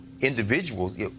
individuals